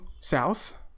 south